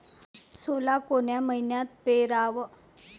सोला कोन्या मइन्यात पेराव?